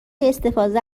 استفاده